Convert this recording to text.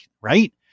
right